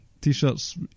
t-shirts